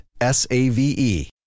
S-A-V-E